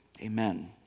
amen